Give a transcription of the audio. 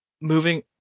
moving